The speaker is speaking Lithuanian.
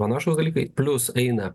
panašūs dalykai plius eina